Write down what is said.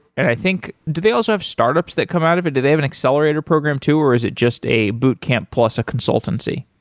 i think, do they also have startups that come out of it? did they have an accelerator program too, or is it just a boot camp plus a consultancy?